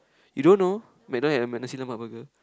you don't know McDonald had a mac Nasi-Lemak burger